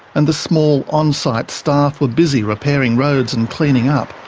and the small on-site staff were busy repairing roads and cleaning up.